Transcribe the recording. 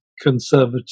conservative